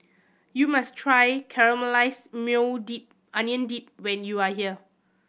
you must try Caramelized Maui Dip Onion Dip when you are here